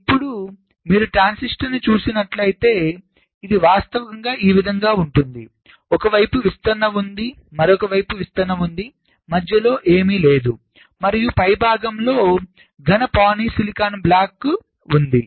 ఇప్పుడు మీరు ట్రాన్సిస్టర్ ను చూసినట్లయితే అది ఇది వాస్తవంగా ఈ విధంగా ఉంటుంది ఒక వైపు విస్తరణ ఉంది మరొక వైపు విస్తరణ ఉంది మధ్యలో ఏమీ లేదు మరియు పైభాగంలో ఘన పాలిసిలికాన్ బ్లాక్ ఉంది